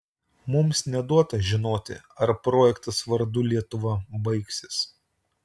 mums neduota žinoti ar projektas vardu lietuva baigsis